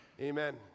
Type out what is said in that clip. Amen